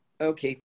Okay